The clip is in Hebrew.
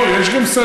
לא, יש גם סדר.